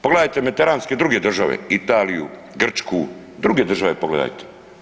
Pogledajte mediteranske druge države Italiju, Grčku, druge države pogledajte.